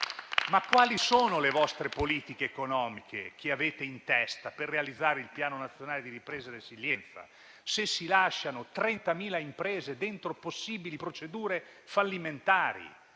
Quali sono le politiche economiche che avete in testa per realizzare il Piano nazionale di ripresa e resilienza, se si lasciano 30.000 imprese dentro possibili procedure fallimentari?